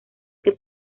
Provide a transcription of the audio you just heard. que